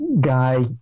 guy